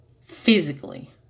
physically